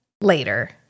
later